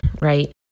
right